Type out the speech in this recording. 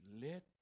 let